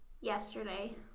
yesterday